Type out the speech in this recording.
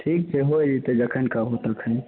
ठीक छै होइ जेतै जखन कहबहो तखन